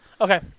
Okay